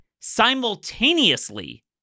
simultaneously